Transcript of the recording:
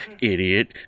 Idiot